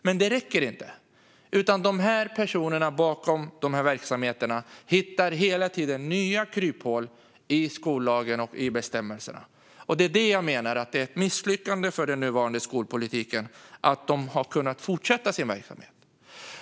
Men det räcker inte, för personerna bakom de här verksamheterna hittar hela tiden nya kryphål i skollagen och i bestämmelserna. Jag menar att det är ett misslyckande för den nuvarande skolpolitiken att de har kunnat fortsätta sin verksamhet.